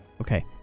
Okay